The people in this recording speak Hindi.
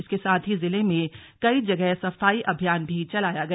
इसके साथ ही जिले में कई जगह सफाई अभियान भी चलाया गया